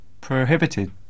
Prohibited